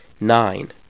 Nine